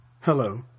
Hello